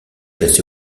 classé